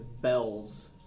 bells